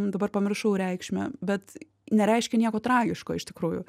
dabar pamiršau reikšmę bet nereiškia nieko tragiško iš tikrųjų